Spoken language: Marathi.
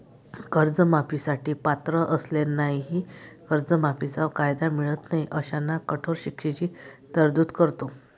कर्जमाफी साठी पात्र असलेल्यांनाही कर्जमाफीचा कायदा मिळत नाही अशांना कठोर शिक्षेची तरतूद करतो